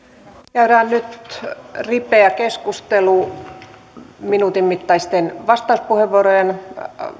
käydään nyt ripeä keskustelu minuutin mittaisten vastauspuheenvuorojen